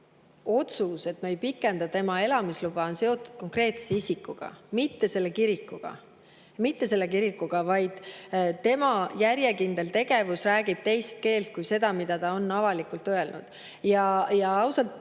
otsus, et me ei pikenda tema elamisluba, on seotud konkreetse isikuga, mitte selle kirikuga. Mitte selle kirikuga, vaid [sellega, et Rešetnikovi] järjekindel tegevus räägib teist keelt kui see, mida ta on avalikult öelnud. Ausalt,